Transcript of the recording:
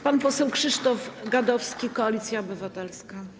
Pan poseł Krzysztof Gadowski, Koalicja Obywatelska.